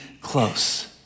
close